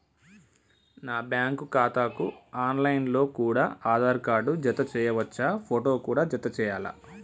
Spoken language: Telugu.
నా బ్యాంకు ఖాతాకు ఆన్ లైన్ లో కూడా ఆధార్ కార్డు జత చేయవచ్చా ఫోటో కూడా జత చేయాలా?